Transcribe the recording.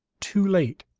too late